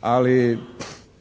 Ali